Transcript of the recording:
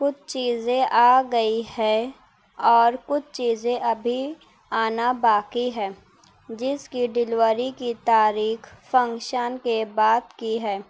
کچھ چیزیں آ گئی ہے اور کچھ چیزیں ابھی آنا باقی ہے جس کی ڈلوری کی تاریخ فنکشن کے بعد کی ہے